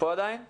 עדיין כאן?